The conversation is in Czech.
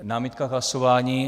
Námitka k hlasování.